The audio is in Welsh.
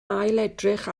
ailedrych